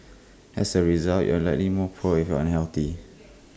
as A result you are likely more poor if you are unhealthy